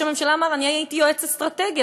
ראש הממשלה אמר: אני הייתי יועץ אסטרטגי,